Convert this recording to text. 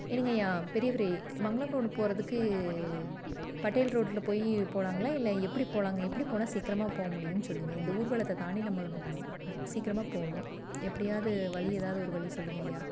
இருங்கள் ஐயா பெரியவரே மங்களம் ரோடு போகிறதுக்கு பட்டேல் ரோடில் போய் போகலாங்களா இல்லை எப்படி போகலாங்க எப்படி போனால் சீக்கிரமா போக முடியும்னு சொல்லுங்கள் இந்த ஊர்வலத்தை தாண்டி நம்ம சீக்கிரமா போகணும் எப்படியாது வழி ஏதாவது ஒரு வழி சொல்லுங்கள் ஐயா